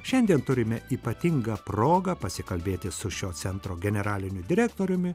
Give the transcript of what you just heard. šiandien turime ypatingą progą pasikalbėti su šio centro generaliniu direktoriumi